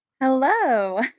Hello